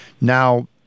Now